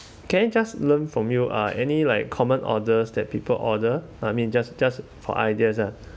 can I just learn from you uh any like common orders that people order I mean just just for ideas uh